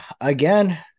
again